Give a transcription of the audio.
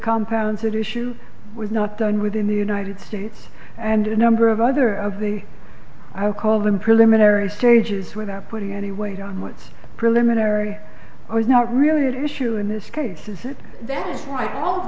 compounds that issue was not done within the united states and a number of other of the i'll call them preliminary stages without putting any weight on what preliminary or is not really at issue in this case is it that is why all